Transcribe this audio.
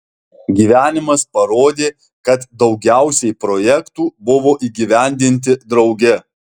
gyvenimas parodė kad daugiausiai projektų buvo įgyvendinti drauge